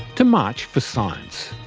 to march for science.